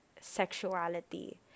sexuality